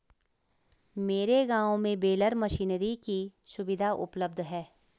मेरे गांव में बेलर मशीनरी की सुविधा उपलब्ध है